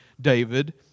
David